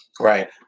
Right